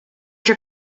what